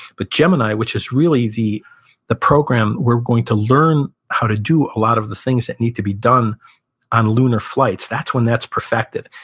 but gemini, which is really the the program, we're going to learn how to do a lot of the things that need to be done on lunar flights. that's when that's perfected.